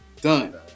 done